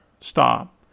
stop